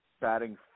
batting